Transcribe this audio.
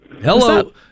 Hello